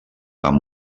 van